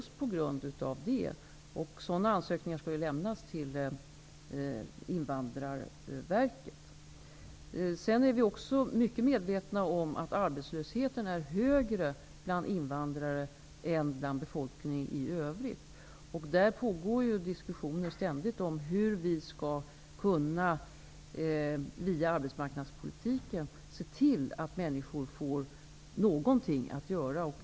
Sådana ansökningar skall lämnas till Invandrarverket. Vi är också mycket medvetna om att arbetslösheten är högre bland invandrare än bland befolkningen i övrigt. Det pågår ständigt diskussioner om hur vi via arbetsmarknadspolitiken skall kunna se till att människor får någonting att göra.